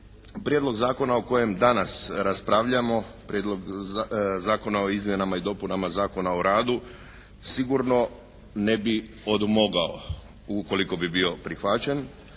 Prijedlog zakona o kojem danas raspravljamo, Prijedlog Zakona o izmjenama i dopunama Zakona o radu sigurno ne bi odmogao ukoliko bi bio prihvaćen.